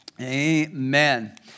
Amen